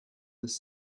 this